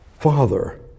Father